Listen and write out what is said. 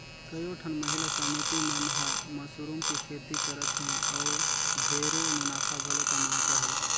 कयोठन महिला समिति मन हर मसरूम के खेती करत हें अउ ढेरे मुनाफा घलो कमात अहे